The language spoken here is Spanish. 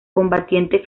combatiente